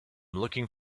looking